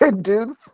dude